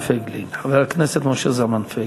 חבר הכנסת משה זלמן פייגלין.